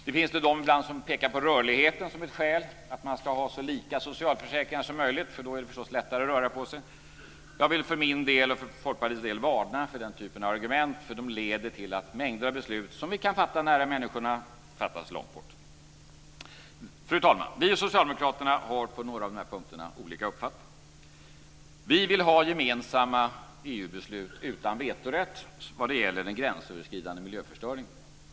Det finns ibland de som pekar på rörligheten som ett skäl, att man ska ha så lika socialförsäkringar som möjligt därför att det då är lättare att röra på sig. Jag vill för min och för Folkpartiets del varna för den typen av argument, för de leder till att mängder av beslut, som vi kan fatta nära människorna, fattas långt bort. Fru talman! Vi och Socialdemokraterna har på några punkter olika uppfattningar. Vi vill ha gemensamma EU-beslut utan vetorätt vad gäller den gränsöverskridande miljöförstöringen.